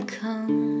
come